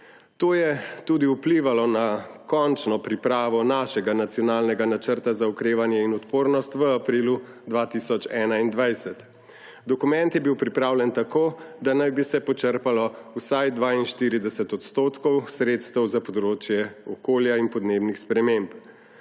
To je tudi vplivalo na končno pripravo našega nacionalnega Načrta za okrevanje in odpornost v aprilu 2021. Dokument je bil pripravljen tako, da naj bi se počrpalo vsaj 42 odstotkov sredstev za področje okolja in podnebnih sprememb.